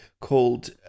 called